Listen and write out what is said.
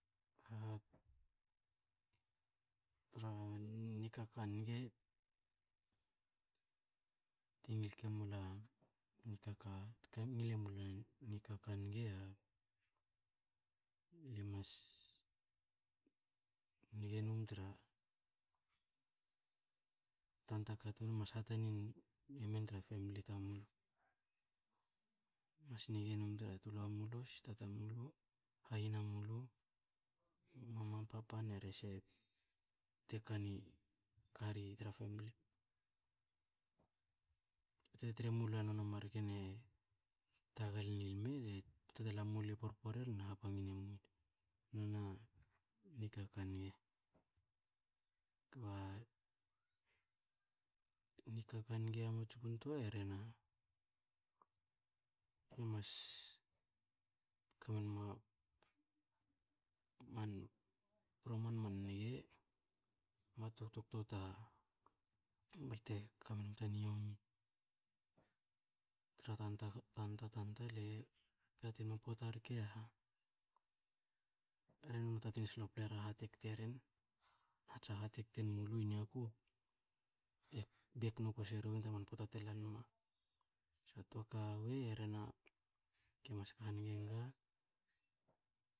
A tra ni kaka ngige, te ngil kemula nikaka te ngil e mulen nikaka niga le mas niga num tra tanta katun mas hatani e men tra pemili tamulu. Mas niga num tre tulua mulu, sister tamulu, hahina mulu, mama, papa, na rese te kani, kari tra family. Te tre malu nona mar ken e tagalni lme, tela mului porpori na habangine men nona nikaka niga. Kba nikaka niga hamatsku ntoa e rhena lue mas kamenma man proman a man niga, muatu ktokto taka balte kame num ta ni yomi. Tra tanta tanta tanta, le yati num pota rke a ha, ra mne yantuen sloplera ha te kteren, na tsa ha te kto nmulu i niaku. E bek noku seruen tra man pota te la nma. So toaka wei e rhena ge mas ka haniga naga